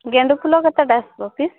ଗେଣ୍ଡୁ ଫୁଲ କେତେଟା ଆସିବ କି